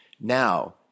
Now